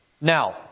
Now